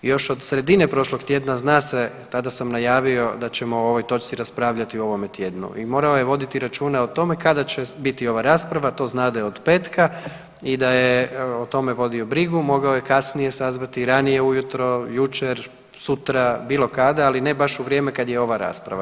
Još od sredine prošlog tjedna zna se, tada sam najavio da ćemo o ovoj točci raspravljati u ovome tjednu i morao je voditi računa o tome kada će biti ova rasprava, to znade od petka i da je o tome vodio brigu mogao je kasnije sazvati, ranije ujutro, jučer, sutra, bilo kada, ali ne baš u vrijeme kad je ova rasprava.